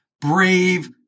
brave